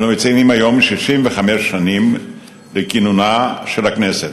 אנו מציינים היום 65 שנים לכינונה של הכנסת.